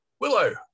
Willow